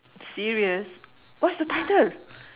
serious what's the title